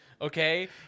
Okay